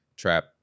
trap